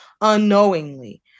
unknowingly